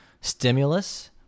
stimulus